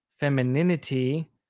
Femininity